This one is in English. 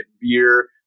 beer